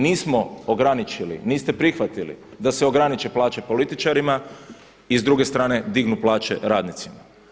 Nismo ograničili, niste prihvatili da se ograniče plaća političarima i s druge strane dignu plaće radnicima.